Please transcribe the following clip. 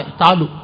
talu